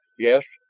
yes,